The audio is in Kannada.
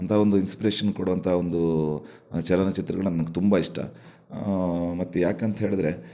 ಅಂಥಒಂದು ಇನ್ಸ್ಪ್ರೇಶನ್ ಕೊಡೋವಂತ ಒಂದು ಚಲನಚಿತ್ರಗಳು ನನಗೆ ತುಂಬ ಇಷ್ಟ ಮತ್ತೆ ಯಾಕಂತ ಹೇಳಿದ್ರೆ